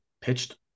pitched